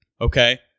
Okay